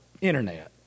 Internet